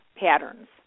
patterns